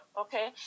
okay